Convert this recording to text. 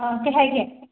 ꯀꯩ ꯍꯥꯏꯒꯦ